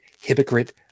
hypocrite